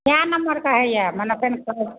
कए नम्मर कऽ होइए मने पिन्ह कऽ